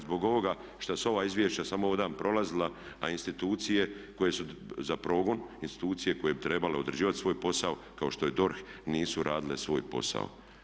Zbog ovoga što su ova izvješća samo ovdje prolazila, a institucije koje su za progon, institucije koje bi trebale odrađivati svoj posao kao što je DORH nisu radile svoj posao.